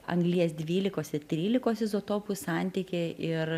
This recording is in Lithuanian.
anglies dvylikos ir trylikos izotopų santykį ir